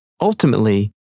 Ultimately